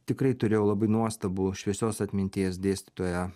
tikrai turėjau labai nuostabų šviesios atminties dėstytoją